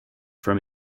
from